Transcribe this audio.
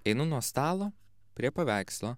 einu nuo stalo prie paveikslo